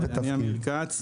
אני עמיר כץ,